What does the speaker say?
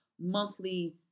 monthly